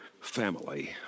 family